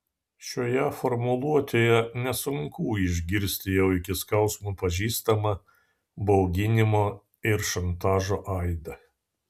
šioje formuluotėje nesunku išgirsti jau iki skausmo pažįstamą bauginimo ir šantažo aidą